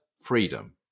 Freedom